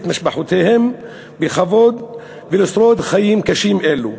משפחותיהם בכבוד ולשרוד חיים קשים אלו.